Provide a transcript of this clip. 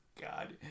god